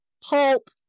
pulp